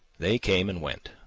they came and went,